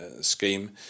scheme